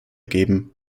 geben